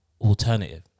alternative